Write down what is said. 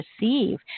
receive